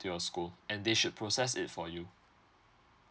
to your school and they should process it for you